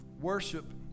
Worship